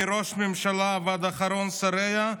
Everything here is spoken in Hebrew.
מראש הממשלה ועד אחרון שריה,